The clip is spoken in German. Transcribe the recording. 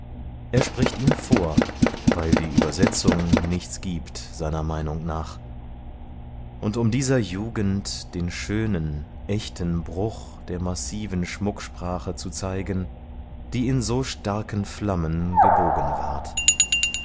er spricht ihn vor weil die übersetzung nichts giebt seiner meinung nach und um dieser jugend den schönen echten bruch der massiven schmucksprache zu zeigen die in so starken flammen gebogen ward